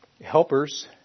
helpers